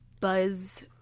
buzz